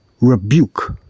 rebuke